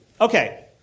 Okay